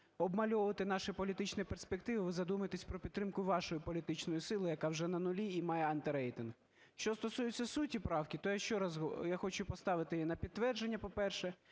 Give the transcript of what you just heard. обмальовувати наші політичні перспективи, ви задумайтесь про підтримку вашої політичної сили, яка вже на нулі, і має антирейтинг. Що стосується суті правки, то я хочу поставити її на підтвердження, по-перше.